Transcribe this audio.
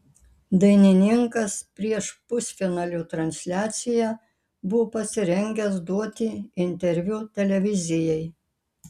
dainininkas prieš pusfinalio transliaciją buvo pasirengęs duoti interviu televizijai